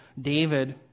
David